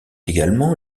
également